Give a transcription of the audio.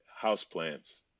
houseplants